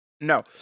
No